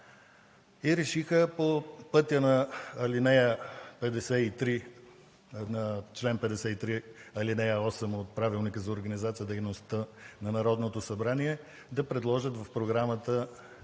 и решиха по пътя на чл. 53, ал. 8 от Правилника за организацията и дейността на Народното събрание да предложат в Програмата